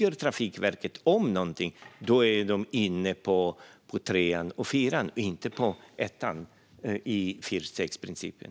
Om Trafikverket bygger om någonting är man inne på steg 3 och steg 4, inte på steg 1 i fyrstegsprincipen.